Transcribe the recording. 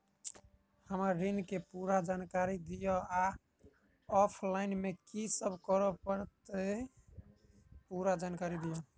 हम्मर ऋण केँ पूरा जानकारी दिय आ ऑफलाइन मे की सब करऽ पड़तै पूरा जानकारी दिय?